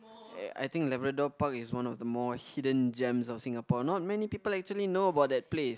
I think Labrador-Park is one of the more hidden gems of Singapore not many people actually know about that place